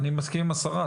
אני מסכים עם השרה,